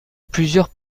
plusieurs